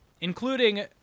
including